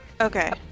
Okay